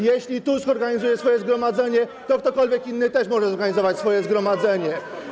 Jeśli Tusk organizuje swoje zgromadzenie, to ktokolwiek inny też może zorganizować swoje zgromadzenie.